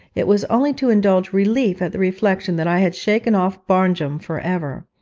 it was only to indulge relief at the reflection that i had shaken off barnjum for ever.